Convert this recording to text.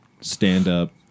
stand-up